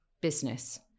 business